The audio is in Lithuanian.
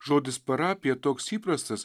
žodis parapija toks įprastas